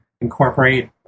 incorporate